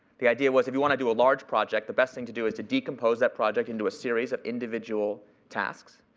the idea was if you want to do a large project, the best thing to do is decompose that project into a series of individual tasks,